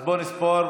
אז בואו נספור.